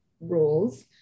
rules